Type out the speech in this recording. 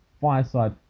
Fireside